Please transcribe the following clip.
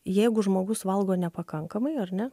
jeigu žmogus valgo nepakankamai ar ne